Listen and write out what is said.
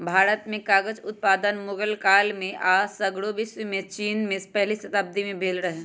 भारत में कागज उत्पादन मुगल काल में आऽ सग्रे विश्वमें चिन में पहिल शताब्दी में भेल रहै